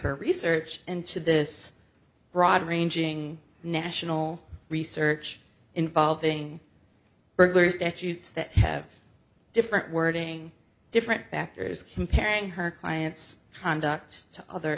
her research and should this broad ranging national research involving burglaries educates that have different wording different factors comparing her client's conduct to other